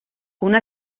una